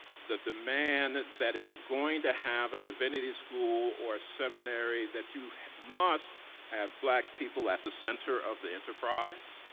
the demand that that if you're going to have a divinity school or a seminary, that you must have black people at the center of the enterprise,